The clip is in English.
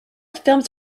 films